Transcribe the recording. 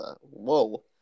whoa